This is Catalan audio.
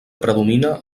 predomina